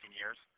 years